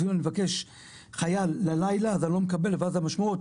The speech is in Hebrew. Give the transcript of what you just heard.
ניסינו לבקש חייל ללילה ולא נקבל ואז המשמעות,